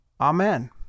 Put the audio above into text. Amen